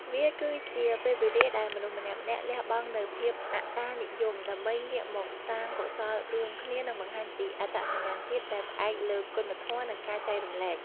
វាគឺជាពេលវេលាដែលមនុស្សម្នាក់ៗលះបង់នូវភាពអត្ដានិយម ដើម្បីងាកមកសាងកុសលរួមគ្នា និងបង្ហាញពីអត្តសញ្ញាណជាតិដែលផ្អែកលើគុណធម៌ និងការចែករំលែក។